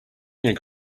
doing